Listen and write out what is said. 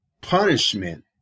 punishment